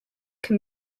can